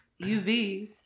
UVs